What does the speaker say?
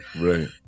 Right